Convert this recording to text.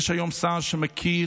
יש היום שר שמכיר